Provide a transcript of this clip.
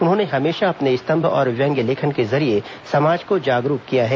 उन्होंने हमेशा अपने स्तंभ और व्यंग्य लेखन के जरिये समाज को जागरूक किया है